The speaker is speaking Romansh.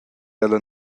ella